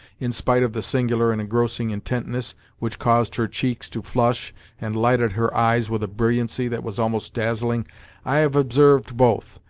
in spite of the singular and engrossing intentness which caused her cheeks to flush and lighted her eyes with a brilliancy that was almost dazzling i have observed both,